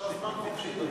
יש לך זמן חופשי,